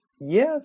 yes